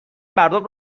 مردم